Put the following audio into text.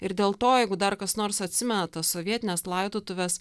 ir dėl to jeigu dar kas nors atsimeta tas sovietines laidotuves